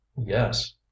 Yes